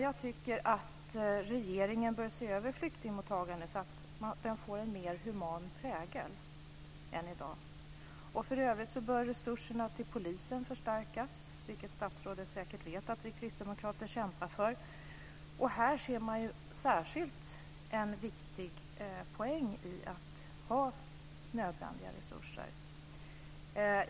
Jag tycker att regeringen bör se över flyktingmottagandet så att det får en mer human prägel än i dag. För övrigt bör resurserna till polisen förstärkas, vilket statsrådet säkert vet att vi kristdemokrater kämpar för. Här ser man särskilt en viktig poäng i att ha nödvändiga resurser.